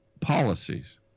policies